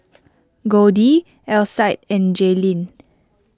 Goldie Alcide and Jaylyn